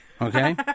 Okay